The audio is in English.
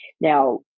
Now